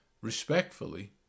respectfully